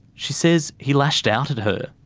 she says he lashed out at her.